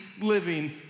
living